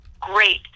Great